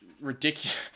ridiculous